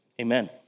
amen